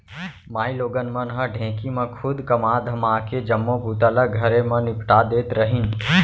माइलोगन मन ह ढेंकी म खुंद कमा धमाके जम्मो बूता ल घरे म निपटा देत रहिन